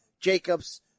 Jacobs